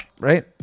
right